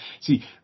see